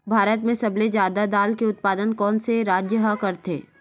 भारत मा सबले जादा दाल के उत्पादन कोन से राज्य हा करथे?